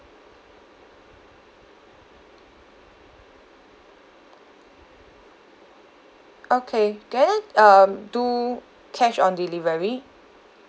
okay can I um do cash on delivery